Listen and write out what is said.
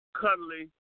cuddly